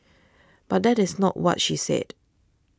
but that is not what she said